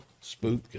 spook